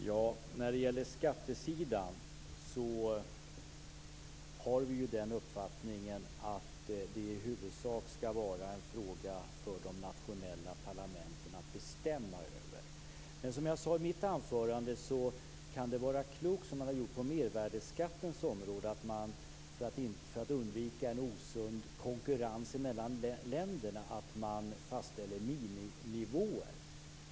Fru talman! I fråga om skatter anser vi att de nationella parlamenten skall bestämma. Jag sade i mitt anförande att det kan vara klokt att göra som på mervärdesskattens område, nämligen att för att undvika osund konkurrens mellan länderna fastställa miniminivåer.